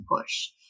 push